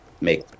make